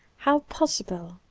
how possible,